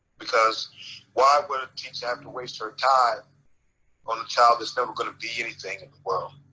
because why would a teacher have to waste her time on the child it's never gonna be anything in the world?